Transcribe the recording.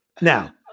now